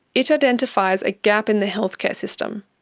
it identifies a gap in the healthcare system.